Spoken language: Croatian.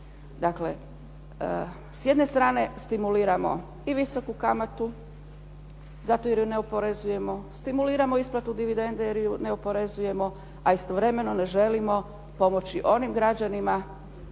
Dakle, s jedne strane stimuliramo i visoku kamatu zato jer ju ne oporezujemo, stimuliramo isplatu dividende jer ju ne oporezujemo, a istovremeno ne želimo pomoći onim građanima